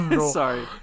Sorry